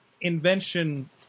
invention